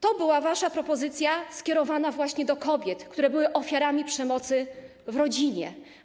To była wasza propozycja skierowana do kobiet, które były ofiarami przemocy w rodzinie.